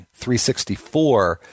.364